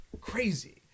crazy